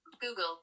Google